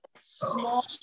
small